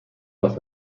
was